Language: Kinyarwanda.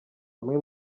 bamwe